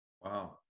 wow